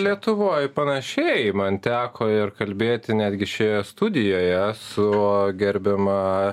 lietuvoj panašiai man teko ir kalbėti netgi šioje studijoje su gerbiama